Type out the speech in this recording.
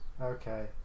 okay